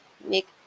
make